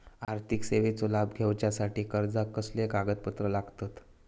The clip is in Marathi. आर्थिक सेवेचो लाभ घेवच्यासाठी अर्जाक कसले कागदपत्र लागतत?